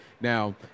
now